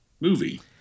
movie